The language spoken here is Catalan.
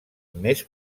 més